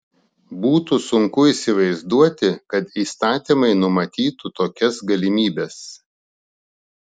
būtų sunku įsivaizduoti kad įstatymai numatytų tokias galimybes